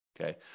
okay